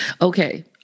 Okay